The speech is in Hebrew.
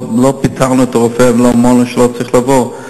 לא פיטרנו את הרופא ולא אמרנו שהוא לא צריך לבוא.